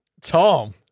Tom